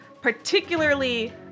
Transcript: particularly